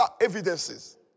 evidences